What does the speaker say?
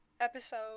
episode